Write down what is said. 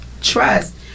trust